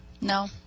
No